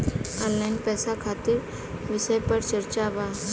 Online पैसा खातिर विषय पर चर्चा वा?